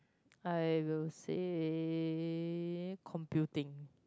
I will say computing